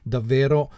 Davvero